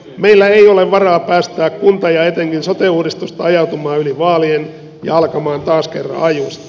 meillä ei ole varaa päästää kunta ja etenkin sote uudistusta ajautumaan yli vaalien ja alkamaan taas kerran alusta